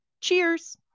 Cheers